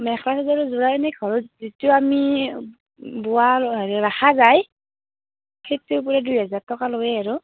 মেখেলা চাদৰৰ যোৰা এনেই ঘৰত যিটো আমি বোৱা ৰখা যায় সেইটোৰ পুৰা দুই হাজাৰ টকা লওঁৱেই আৰু